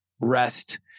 rest